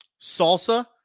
Salsa